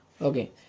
Okay